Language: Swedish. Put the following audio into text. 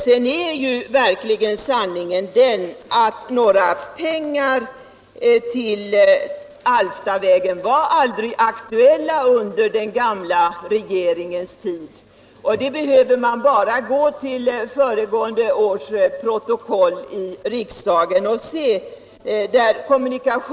Sanningen är den att några pengar till Alftavägen aldrig var aktuella under den gamla regeringens tid. Man behöver bara gå till föregående års protokoll i riksdagen för att se det.